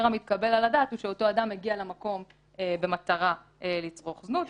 המתקבל על הדעת הוא שאותו אדם מגיע למקום במטרה לצורך זנות,